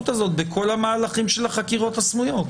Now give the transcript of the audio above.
הזאת בכל המהלכים של החקירות הסמויות?